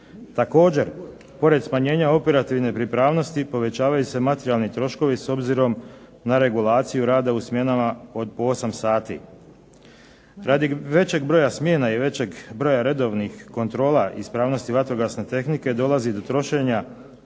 Također pored smanjena operativne pripravnosti, povećavaju se materijalni troškovi s obzirom na regulaciju rada u smjenama od po 8 sati. Radi većeg broja smjena i većeg redovnih kontrola ispravnosti vatrogasne tehnike, dolazi do trošenja